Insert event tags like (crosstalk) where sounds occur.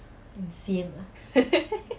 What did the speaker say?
(laughs)